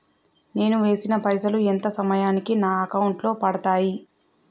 నేను వేసిన పైసలు ఎంత సమయానికి నా అకౌంట్ లో పడతాయి?